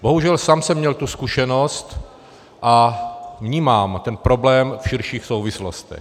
Bohužel, sám jsem měl tu zkušenost a vnímám ten problém v širších souvislostech.